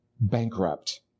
bankrupt